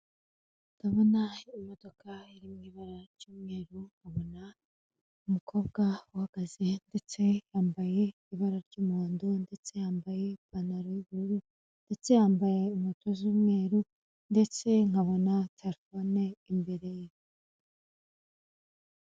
Ndabona imodoka iri mu ibara ry'umweru inyuma, umukobwa uhagaze, ndetse yambaye iraba ry'umuhondo, ndetse yambaye ipantaro y'ubururu, ndetse yambaye inkweto z'umweru, ndetse nkabona telefone imbere ye.